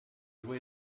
joie